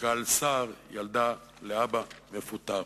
גל סער, ילדה לאבא מפוטר".